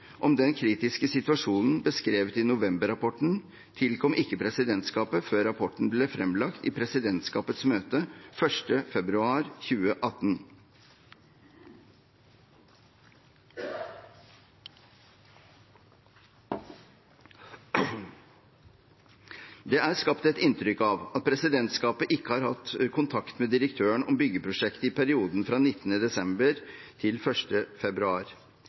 om den kritiske situasjonen beskrevet i november-rapporten tilkom ikke presidentskapet før rapporten ble fremlagt i presidentskapets møte 1. februar 2018. Det er skapt et inntrykk av at presidentskapet ikke har hatt kontakt med direktøren om byggeprosjektet i perioden fra 19. desember til 1. februar.